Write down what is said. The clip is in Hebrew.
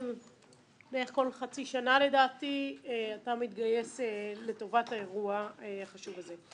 בערך כל חצי שנה לדעתי אתה מתגייס לטובת האירוע החשוב הזה.